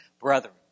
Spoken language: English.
Brethren